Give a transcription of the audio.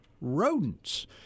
rodents